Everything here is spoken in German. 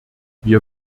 wir